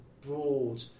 broad